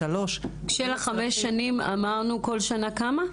כשלחמש שנים, אמרנו, כל שנה כמה?